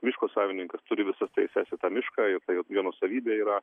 miško savininkas turi visas teises į mišką ir tai jo jo nuosavybė yra